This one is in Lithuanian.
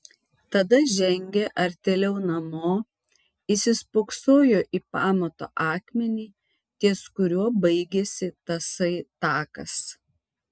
tada žengė artėliau namo įsispoksojo į pamato akmenį ties kuriuo baigėsi tasai takas